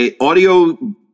Audio